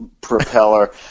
propeller